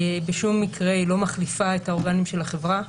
בשום מקרה היא לא מחליפה את האורגנים של החברה.